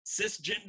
cisgender